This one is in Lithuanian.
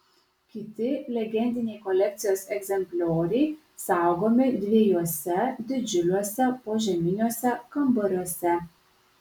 kiti legendiniai kolekcijos egzemplioriai saugomi dviejuose didžiuliuose požeminiuose kambariuose